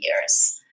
years